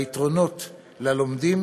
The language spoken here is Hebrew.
וליתרונות ללומדים.